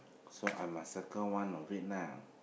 so I must circle one of it now